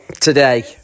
today